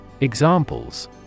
Examples